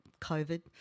COVID